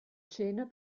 cena